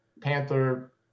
panther